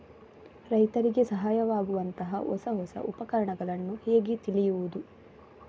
ರೈತರಿಗೆ ಸಹಾಯವಾಗುವಂತಹ ಹೊಸ ಹೊಸ ಉಪಕರಣಗಳನ್ನು ಹೇಗೆ ತಿಳಿಯುವುದು?